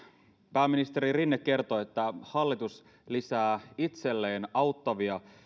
pääministeri rinne kertoi että hallitus lisää itselleen auttavia